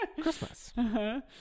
Christmas